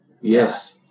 Yes